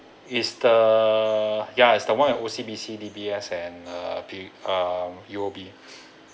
is the ya is the one with O_C_B_C D_B_S and uh p um U_O_B